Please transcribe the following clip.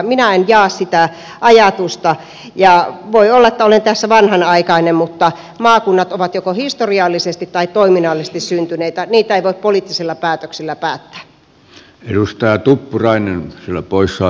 minä en jaa sitä ajatusta ja voi olla että olen tässä vanhanaikainen mutta maakunnat ovat joko historiallisesti tai toiminnallisesti syntyneitä niitä ei voi poliittisella päätöksellä päättää